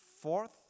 fourth